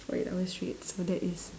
for eight hours straight so that is